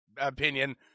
opinion